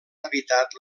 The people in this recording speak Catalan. habitat